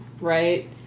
Right